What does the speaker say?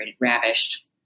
ravished